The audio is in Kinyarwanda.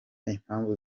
impamvu